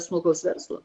smulkaus verslo